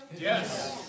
Yes